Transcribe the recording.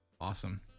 awesome